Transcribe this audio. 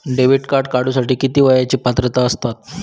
Debit card काढूसाठी किती वयाची पात्रता असतात?